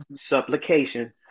supplication